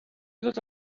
ddod